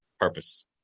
purpose